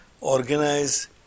organize